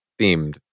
themed